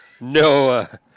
No